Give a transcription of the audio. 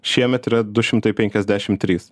šiemet yra du šimtai penkiasdešim trys